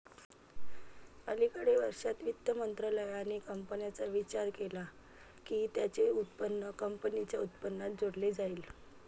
अलिकडे वर्षांत, वित्त मंत्रालयाने कंपन्यांचा विचार केला की त्यांचे उत्पन्न कंपनीच्या उत्पन्नात जोडले जाईल